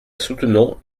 soutenons